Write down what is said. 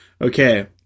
okay